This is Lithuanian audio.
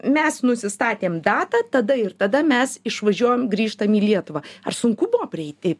mes nusistatėm datą tada ir tada mes išvažiuojam grįžtam į lietuvą ar sunku buvo prieiti